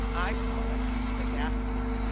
i call it sagacity.